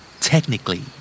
Technically